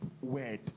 word